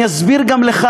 אני אסביר גם לך